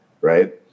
right